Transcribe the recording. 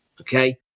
Okay